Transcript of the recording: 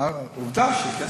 עובדה שכן.